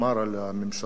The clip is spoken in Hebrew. ברק,